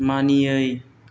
मानियै